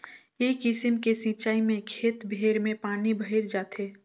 ए किसिम के सिचाई में खेत भेर में पानी भयर जाथे